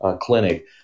clinic